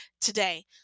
today